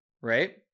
Right